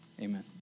Amen